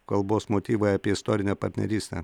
kalbos motyvai apie istorinę partnerystę